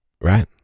Right